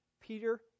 Peter